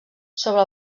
sobre